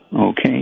Okay